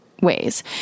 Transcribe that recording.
ways